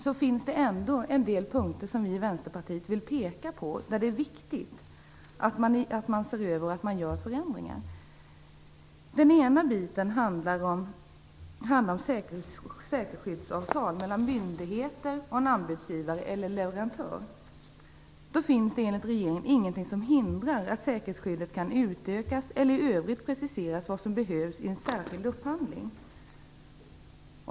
Det finns ändå en del punkter som Vänsterpartiet vill peka på där det är viktigt att man ser över och gör förändringar. Den ena delen handlar om säkerhetsskyddsavtal mellan myndigheter och en anbudsgivare eller leverantör. Det finns enligt regeringen ingenting som hindrar att säkerhetsskyddet kan utökas eller att det i övrigt preciseras vad som behövs i en särskild upphandling.